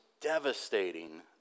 devastating